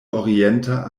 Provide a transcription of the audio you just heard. orienta